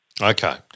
Okay